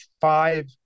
five